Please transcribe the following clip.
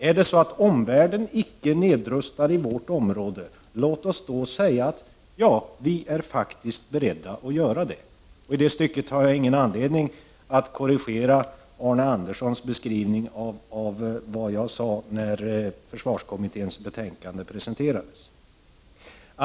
Är det så att omvärlden icke nedrustar i vårt område, låt oss då säga: Vi är faktiskt beredda att göra det. I det stycket har jag ingen anledning att korrigera Arne Anderssons i Ljung beskrivning av vad jag sade när försvarskommitténs betänkande presenterades.